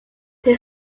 der